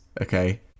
Okay